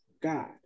God